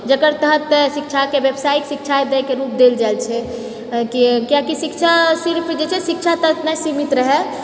जकर तहत शिक्षाके व्यावसायिक शिक्षा दएके रूप देल जाय छै कि किआकि शिक्षा सिर्फ जे छै शिक्षा तक नहि सीमित रहय